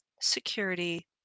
security